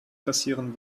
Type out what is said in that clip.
passieren